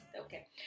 Okay